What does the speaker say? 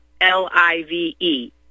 l-i-v-e